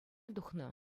тухнӑ